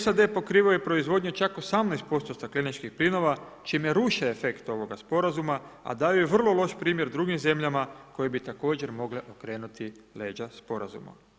SAD pokrivaju proizvodnju čak 18% stakleničkih plinova čime ruše efekt ovoga sporazuma, a daju vrlo loš primjer drugim zemljama koje bi također mogle okrenuti leđa sporazuma.